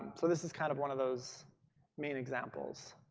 so this is kind of one of those main examples.